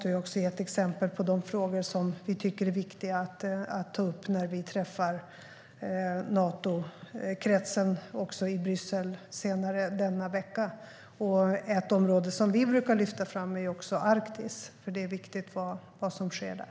Jag har också gett exempel på de frågor som vi tycker är viktiga att ta upp när vi träffar Natokretsen, också i Bryssel senare denna vecka. Ett annat område som vi brukar lyfta fram är Arktis, för det är viktigt vad som sker där.